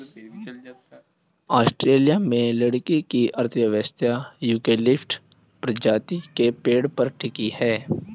Australia में लकड़ी की अर्थव्यवस्था यूकेलिप्टस प्रजाति के पेड़ पर टिकी है